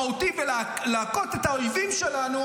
הבן אדם השני שמטיף לנו לשירות משמעותי ולהכות את האויבים שלנו